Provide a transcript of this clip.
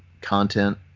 content